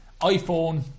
iphone